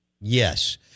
Yes